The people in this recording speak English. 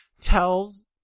tells